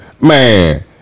Man